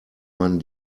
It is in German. man